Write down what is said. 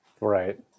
right